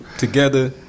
Together